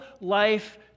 life